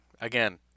Again